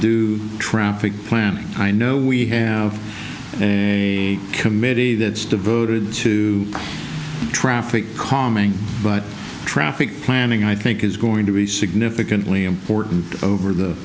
do traffic planning i know we have a committee that's devoted to traffic calming but traffic planning i think is going to be significantly important over the